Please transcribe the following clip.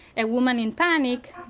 and woman in panic